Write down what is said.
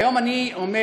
היום אני עומד,